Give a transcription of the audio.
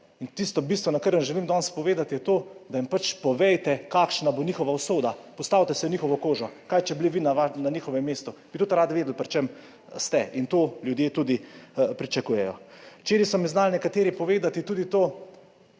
so. Tisto bistveno, kar vam želim danes povedati, je to, da jim povejte, kakšna bo njihova usoda. Postavite se v njihovo kožo. Kaj če bi bili vi na njihovem mestu? Bi tudi radi vedeli, pri čem ste. In to ljudje tudi pričakujejo. Včeraj so mi znali nekateri povedati tudi to,